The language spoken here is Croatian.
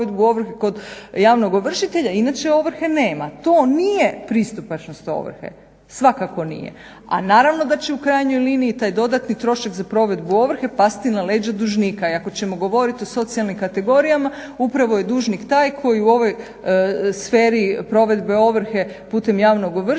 kod javnog ovršitelja, inače ovrhe nema. To nije pristupačnost ovrhe, svakako nije. A naravno da će u krajnjoj liniji taj dodatni trošak za provedbu ovrhe pasti na leđa dužnika i ako ćemo govorit o socijalnim kategorijama upravo je dužnik taj koji u ovoj sferi provedbe ovrhe putem javnog ovršitelja